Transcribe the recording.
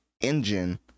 engine